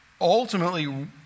ultimately